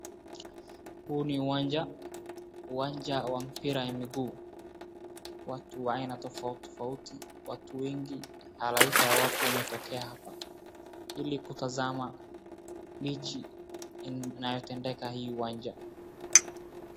Huu ni uwanja, uwanja wa mpira ya miguu. Watu wa aina tofauti tofauti, watu wengi, halaiki ya watu wametokea hapa ili kutazama mechi inayotendeka hii uwanja.